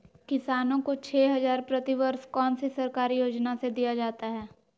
किसानों को छे हज़ार प्रति वर्ष कौन सी सरकारी योजना से दिया जाता है?